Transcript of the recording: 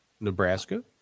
Nebraska